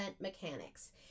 mechanics